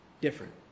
different